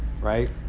right